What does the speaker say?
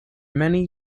many